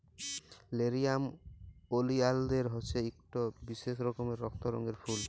লেরিয়াম ওলিয়ালদের হছে ইকট বিশেষ রকমের রক্ত রঙের ফুল